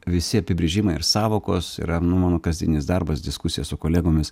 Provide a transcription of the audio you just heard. visi apibrėžimai ir sąvokos yra mano kasdienis darbas diskusija su kolegomis